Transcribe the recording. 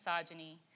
misogyny